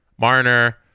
Marner